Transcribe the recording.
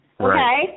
Okay